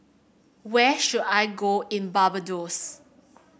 where should I go in Barbados